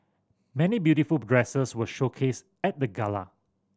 many beautiful dresses were showcased at the gala